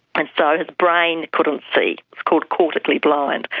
and so his brain couldn't see, it's called cortically blind.